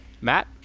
Matt